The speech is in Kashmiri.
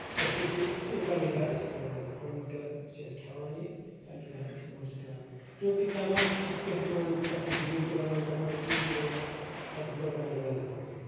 أسۍ چھِ صرف پَنٕنہِ گرِ اِستعمال کران پَنٕنۍ گرِ چھِ أسۍ کھٮ۪وان یہِ پَنٕنہِ گرِ اِستعمال چھِ أسۍ کران چونکہِ ٹَماٹر چھِ أسۍ کیٚنٛہہ تُلان تَتھ چھِ أسۍ جوٗس تہِ بَناوان ٹَماٹر جوٗس چھِ أسۍ بَناوان پَنٕنہِ گرٕ خٲطرٕ